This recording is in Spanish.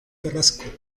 carrasco